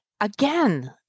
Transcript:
again